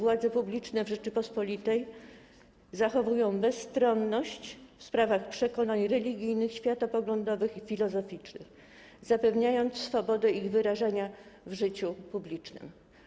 władze publiczne w Rzeczypospolitej zachowują bezstronność w sprawach przekonań religijnych, światopoglądowych i filozoficznych, zapewniając swobodę ich wyrażania w życiu publicznym.